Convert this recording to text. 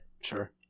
sure